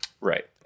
right